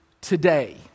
today